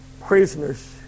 prisoners